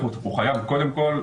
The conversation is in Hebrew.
זה דבר שיכול,